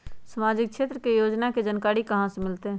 सामाजिक क्षेत्र के योजना के जानकारी कहाँ से मिलतै?